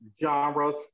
genres